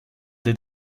they